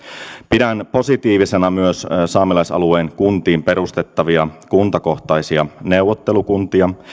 pidän positiivisena myös saamelaisalueen kuntiin perustettavia kuntakohtaisia neuvottelukuntia